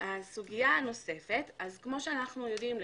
כפי שאנו יודעים,